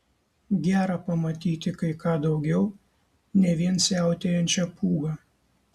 gera pamatyti kai ką daugiau ne vien siautėjančią pūgą